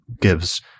gives